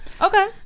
okay